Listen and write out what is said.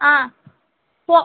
ஆ போ